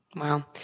Wow